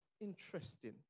interesting